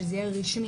שזה יהיה רשמי,